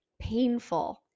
painful